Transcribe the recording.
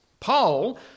Paul